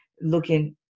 looking